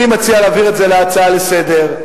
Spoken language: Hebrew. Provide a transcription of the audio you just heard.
אני מציע להעביר את זה כהצעה לסדר-היום.